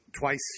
twice